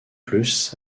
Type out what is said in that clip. plus